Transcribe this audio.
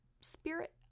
spirit